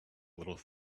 little